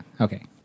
Okay